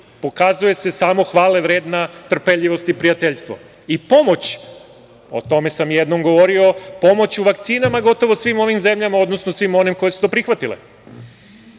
pokazuje se samo hvale vredna trpeljivost i prijateljstvo, i pomoć, o tome sam jednom govorio, pomoć u vakcinama gotovo, svim zemljama, odnosno svim onima koje su to prihvatile. Takođe,